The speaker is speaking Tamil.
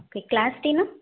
okay class டீன்னா